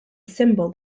symbol